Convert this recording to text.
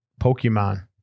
Pokemon